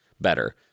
better